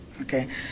Okay